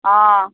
অঁ